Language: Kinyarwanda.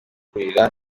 kurira